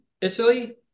Italy